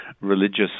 religious